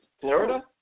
Florida